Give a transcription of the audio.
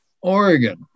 Oregon